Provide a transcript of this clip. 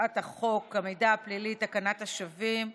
המידע הפלילי ותקנת השבים (תיקון),